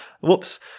whoops